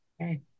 Okay